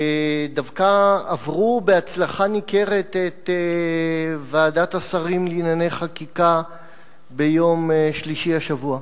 דווקא עברה בהצלחה ניכרת את ועדת השרים לענייני חקיקה ביום שלישי השבוע,